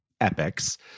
Epics